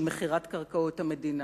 של מכירת קרקעות המדינה,